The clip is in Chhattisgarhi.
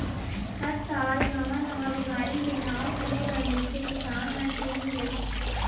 हर साल नवा नवा बिमारी के नांव सुने बर मिलथे किसान मन के मुंह ले